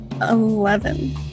Eleven